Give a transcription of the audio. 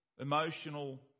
emotional